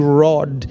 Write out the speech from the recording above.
rod